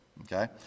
okay